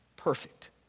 perfect